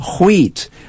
wheat